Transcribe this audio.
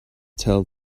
tell